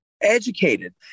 educated